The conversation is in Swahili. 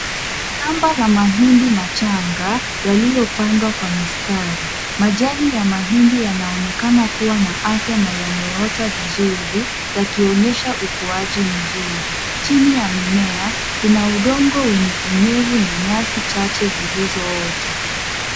Shamba la mahindi machanga yaliyopandwa kwa mistari. Majani ya mahindi yanaonekana kuwa na afya na yameota vizuri, yakionyesha ukuaji mzuri. Chini ya mimea kuna udongo wenye unyevu na nyasi chache zilizoota.